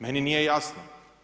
Meni nije jasno.